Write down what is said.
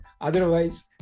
Otherwise